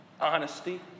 Honesty